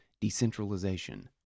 decentralization